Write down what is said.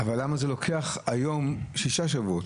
אבל למה זה לוקח היום שישה שבועות?